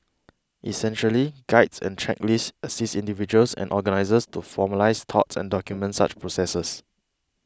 essentially guides and checklist assist individuals and organisers to formalise thoughts and documents such processes